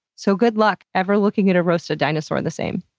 so good luck ever looking at a roasted dinosaur the same.